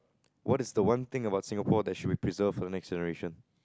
what's the one thing about Singapore that should be preserved for the next generation